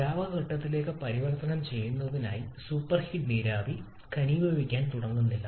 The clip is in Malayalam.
ദ്രാവക ഘട്ടത്തിലേക്ക് പരിവർത്തനം ചെയ്യുന്നതിനായി സൂപ്പർഹീറ്റ് നീരാവി ഘനീഭവിക്കാൻ തുടങ്ങുന്നില്ല